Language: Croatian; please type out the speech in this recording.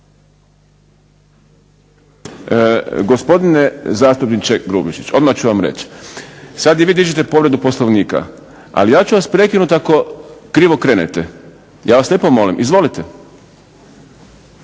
Gospodine zastupniče Grubišić, odmah ću vam reći. Sad i vi dižete povredu Poslovnika, ali ja ću vas prekinuti ako krivo krenete. Ja vas lijepo molim. Izvolite.